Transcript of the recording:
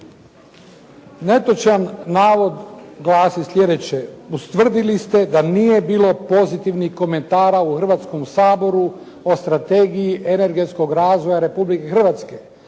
Netočan navod glasi sljedeće: "ustvrdili ste da nije bilo pozitivnih komentara u Hrvatskom saboru o strategiji energetskog razvoja Republike Hrvatske".